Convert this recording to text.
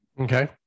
Okay